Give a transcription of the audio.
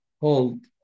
hold